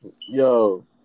Yo